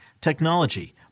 technology